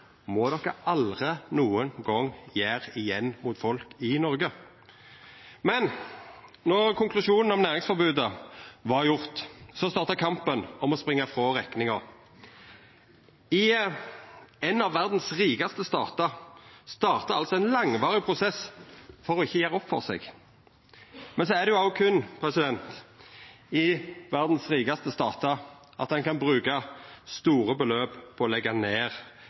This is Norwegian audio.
må dei aldri nokon gong gjera igjen mot folk i Noreg. Då konklusjonen om næringsforbodet var klar, starta kampen om å springa frå rekninga. I ein av verdas rikaste statar starta ein langvarig prosess for ikkje å gjera opp for seg. Men så er det òg berre i verdas rikaste statar ein kan bruka store beløp på å leggja ned